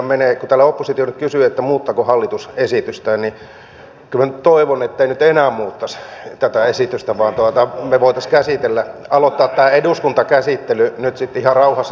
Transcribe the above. kun täällä oppositio nyt kysyy että muuttaako hallitus esitystään niin kyllä minä nyt toivon ettei enää muuttaisi vaan me voisimme aloittaa tämän eduskuntakäsittelyn nyt sitten ihan rauhassa talousvaliokunnassa